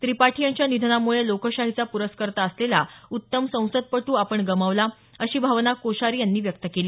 त्रिपाठी यांच्या निधनामुळे लोकशाहीचा पुरस्कर्ता असलेला उत्तम संसदपटू आपण गमावला अशी भावना कोश्यारी यांनी व्यक्त केली